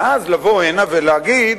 ואז לבוא הנה ולהגיד: